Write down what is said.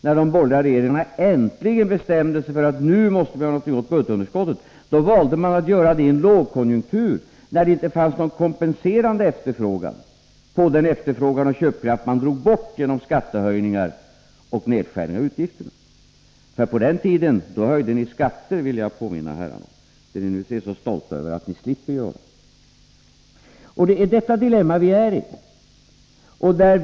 När de borgerliga regeringarna äntligen bestämde sig för att göra någonting åt budgetunderskottet, då valde de att göra det i en lågkonjunktur, när det inte fanns någon efterfrågan som kompenserade den efterfrågan och köpkraft som drogs bort genom skattehöjningar och nedskärning av utgifterna. På den tiden höjde ni skatter, vill jag påminna herrarna om — ni är ju så stolta över att ni slipper det nu. Det är i detta dilemma vi befinner oss.